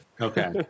okay